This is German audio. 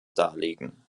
darlegen